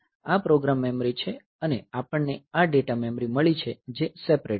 આ program memory છે અને આપણને આ ડેટા મેમરી મળી છે જે સેપરેટ છે